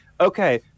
Okay